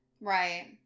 Right